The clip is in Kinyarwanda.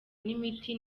n’imiti